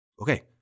Okay